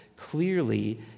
Clearly